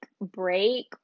break